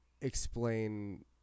Explain